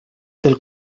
del